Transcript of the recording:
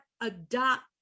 adopt